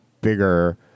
bigger